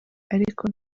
ariko